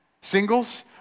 singles